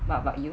what about you